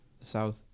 South